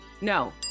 No